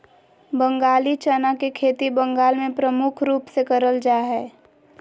बंगाली चना के खेती बंगाल मे प्रमुख रूप से करल जा हय